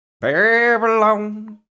Babylon